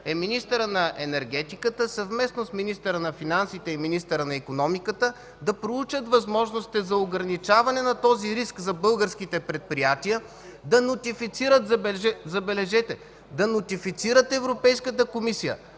е министърът на енергетиката съвместно с министъра на финансите и министъра на икономиката да проучат възможностите за ограничаване на този риск за българските предприятия. Забележете – да нотифицират Европейската комисия,